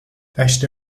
دشت